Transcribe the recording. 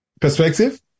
perspective